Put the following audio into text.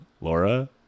Laura